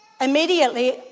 Immediately